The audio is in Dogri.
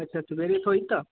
अच्छा सवेरे थ्होई जंदा